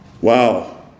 Wow